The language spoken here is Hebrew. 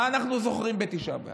מה אנחנו זוכרים בתשעה באב?